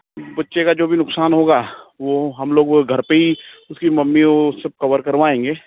बच्चे का जो भी नुकसान होगा वह हम लोग घर पर ही उसकी मम्मी वह सब कवर करवाएँगे